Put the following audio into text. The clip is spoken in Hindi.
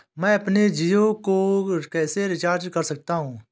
मैं अपने जियो को कैसे रिचार्ज कर सकता हूँ?